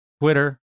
Twitter